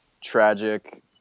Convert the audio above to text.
tragic